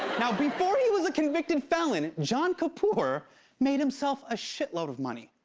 now, before he was a convicted felon, john kapoor made himself a shitload of money.